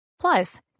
Plus